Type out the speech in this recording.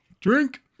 Drink